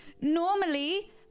normally